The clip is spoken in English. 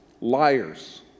liars